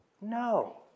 No